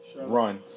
run